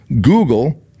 Google